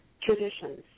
traditions